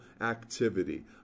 activity